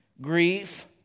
grief